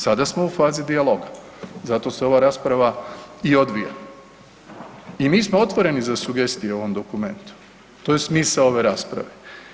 Sada smo u fazi dijaloga, zato se ova rasprava i odvija i mi smo otvoreni za sugestije u ovom dokumentu to je smisao ove rasprave.